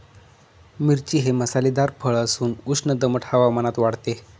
मिरची हे मसालेदार फळ असून उष्ण दमट हवामानात वाढते